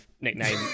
nickname